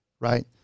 Right